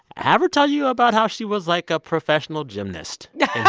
have her tell you about how she was, like, a professional gymnast yeah